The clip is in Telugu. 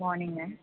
మార్నింగ్ ఆ